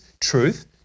truth